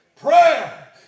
Prayer